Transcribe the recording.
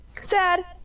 Sad